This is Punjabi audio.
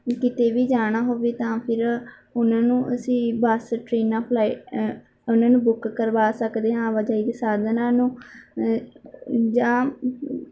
ਕਿਤੇ ਵੀ ਜਾਣਾ ਹੋਵੇ ਤਾਂ ਫਿਰ ਉਹਨਾਂ ਨੂੰ ਅਸੀਂ ਬੱਸ ਟਰੇਨਾਂ ਫਲਾਈ ਉਹਨਾਂ ਨੂੰ ਬੁੱਕ ਕਰਵਾ ਸਕਦੇ ਹਾਂ ਆਵਾਜਾਈ ਦੇ ਸਾਧਨਾਂ ਨੂੰ ਜਾਂ